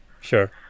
sure